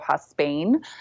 Spain